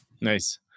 Nice